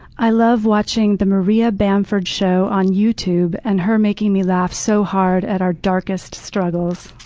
i love watching the maria bamford show on youtube and her making me laugh so hard at our darkest struggles.